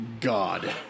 God